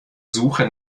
suche